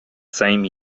same